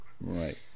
right